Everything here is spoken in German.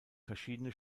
verschiedene